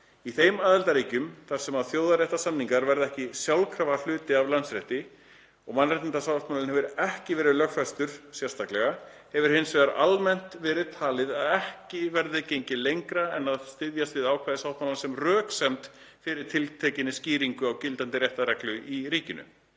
Í þeim aðildarríkjum, þar sem þjóðréttarsamningar verða ekki sjálfkrafa hluti af landsrétti og mannréttindasáttmálinn hefur ekki verið lögfestur sérstaklega, hefur hins vegar almennt verið talið að ekki verði gengið lengra en að styðjast við ákvæði sáttmálans sem röksemd fyrir tiltekinni skýringu á gildandi réttarreglu í ríkinu.